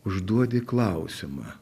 užduodi klausimą